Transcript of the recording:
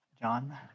John